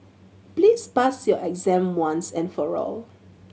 please pass your exam once and for all